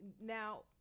now